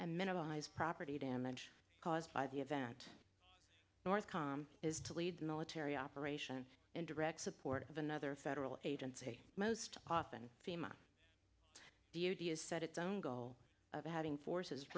and minimize property damage caused by the event north com is to lead the military operation and direct support of another federal agency most often see my duty as set its own goal of having forces